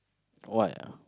why ah